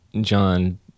John